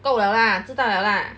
够 liao lah 知道 liao lah